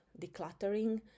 decluttering